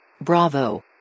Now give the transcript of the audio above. Bravo